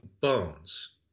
bones